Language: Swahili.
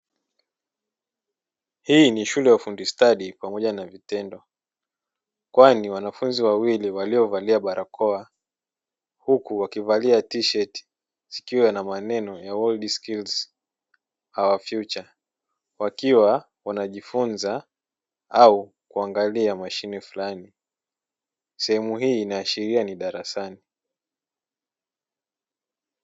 Hii ni shule ya ufundi stadi pamoja na vitendo, kwani wanafunzi wawili waliovalia barakoa, huku wakivalia tisheti zikiwa na maneno ya "World skills future", wakiwa wanajifunza au kuangalia mashine fulani. Sehemu hii inaashiria ni darasani.